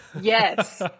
Yes